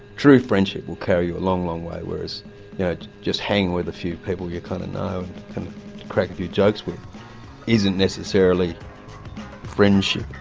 true friendship will carry you a long, long way, whereas just hanging with a few people you kind of know and crack a few jokes with isn't necessarily friendship.